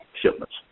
shipments